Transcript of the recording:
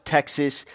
Texas